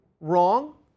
wrong